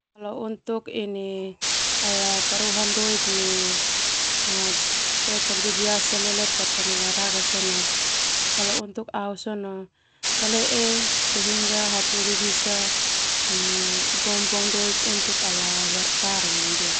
Kalau untuk ini ala taruhan doik nau pertandingan olahraga kalo au sona talee hataholi bisa buang buang doik untuk ala bertarung.